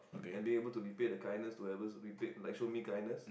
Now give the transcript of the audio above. and be able to repay the kindness to ever repay like show me kindness